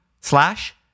slash